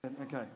okay